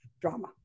drama